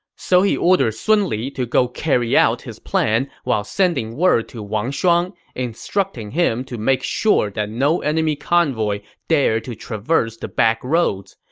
so he ordered sun li to go carry out his plan while sending word to wang shuang, instructing him to make sure no enemy convoy dares to traverse the backroads.